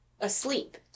asleep